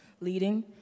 leading